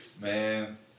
Man